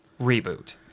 reboot